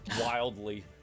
wildly